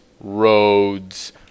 roads